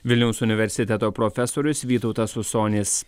vilniaus universiteto profesorius vytautas usonis